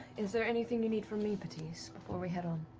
is there anything you need from me, patisse, before we head on?